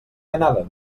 anaven